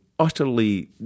utterly